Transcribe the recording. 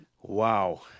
Wow